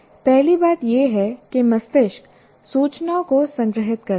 पहली बात यह है कि मस्तिष्क सूचनाओं को संग्रहीत करता है